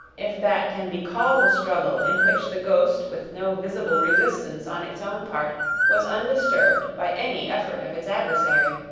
if that can be called a struggle in which the ghost with no visible resistance on its own part was undisturbed by any effort of its adversary,